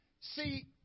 See